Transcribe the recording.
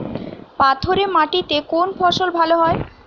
পাথরে মাটিতে কোন ফসল ভালো হয়?